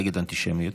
נגד אנטישמיות.